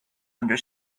under